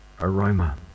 aroma